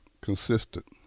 consistent